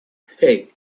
hey